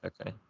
Okay